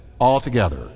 altogether